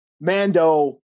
Mando